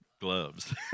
gloves